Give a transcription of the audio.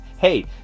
hey